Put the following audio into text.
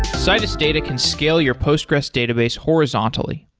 citus data can scale your postgres database horizontally.